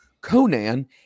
Conan